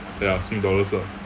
ya sing dollars lah